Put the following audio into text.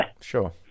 Sure